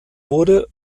wurde